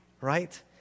right